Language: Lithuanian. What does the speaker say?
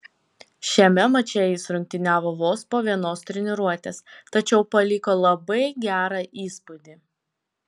šiame mače jis rungtyniavo vos po vienos treniruotės tačiau paliko labai gerą įspūdį